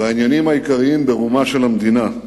בעניינים העיקריים ברומה של המדינה,